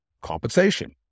compensation